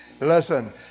Listen